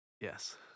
Yes